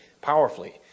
powerfully